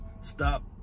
Stop